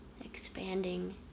expanding